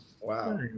Wow